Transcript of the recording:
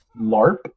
larp